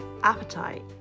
appetite